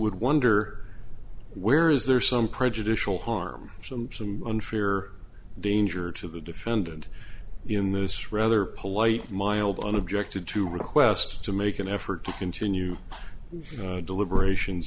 would wonder where is there some prejudicial harm from some unfair danger to the defendant in this rather polite mild and objected to a request to make an effort to continue deliberations